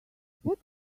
what